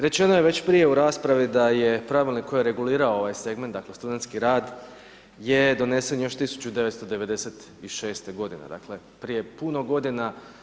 Rečeno je već prije u raspravi da je pravilnik koji je regulirao ovaj segment dakle, studentski rad je donesen još 1996. godine dakle, prije puno godina.